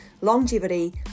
longevity